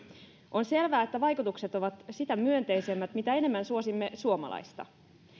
on selvää että vaikutukset ovat sitä myönteisemmät mitä enemmän suosimme suomalaista